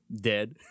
dead